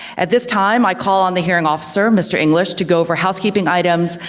at this time i call on the hearing officer, mr. english, to go over housekeeping items,